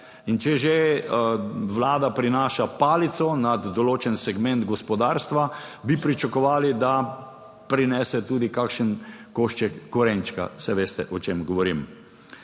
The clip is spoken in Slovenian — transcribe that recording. In če že Vlada prinaša palico na določen segment gospodarstva, bi pričakovali, da prinese tudi kakšen košček korenčka; saj veste, o čem govorim.